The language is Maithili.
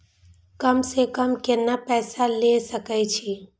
कम से कम केतना पैसा ले सके छी?